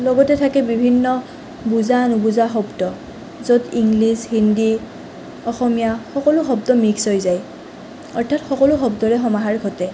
লগতে থাকে বিভিন্ন বুজা নুবুজা শব্দ য'ত ইংলিছ হিন্দী অসমীয়া সকলো শব্দ মিক্স হৈ যায় অৰ্থাৎ সকলো শব্দৰে সমাহাৰ ঘটে